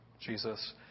Jesus